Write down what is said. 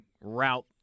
route